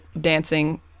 dancing